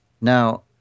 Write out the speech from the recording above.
now